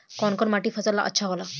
कौन कौनमाटी फसल ला अच्छा होला?